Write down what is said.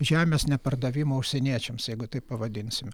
žemės nepardavimo užsieniečiams jeigu taip pavadinsim